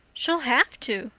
she'll have to,